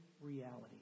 reality